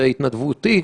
זה התנדבותי,